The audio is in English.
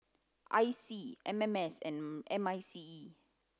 I C M M S and M I C E